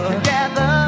Together